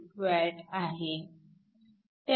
011W आहे